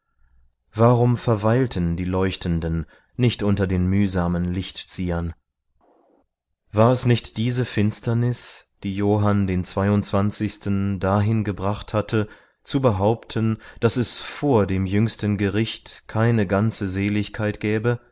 warum verweilten die leuchtenden nicht unter den mühsamen lichtziehern war es nicht diese finsternis die johann den zweiundzwanzigsten dahin gebracht hatte zu behaupten daß es vor dem jüngsten gericht keine ganze seligkeit gäbe